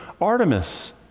Artemis